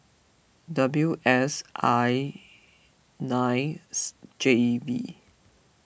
W S I ninth J V